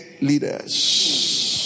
leaders